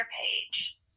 page